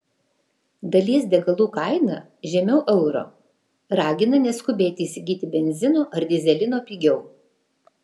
dalies degalų kaina žemiau euro ragina neskubėti įsigyti benzino ar dyzelino pigiau